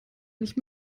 nicht